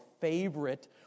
favorite